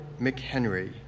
McHenry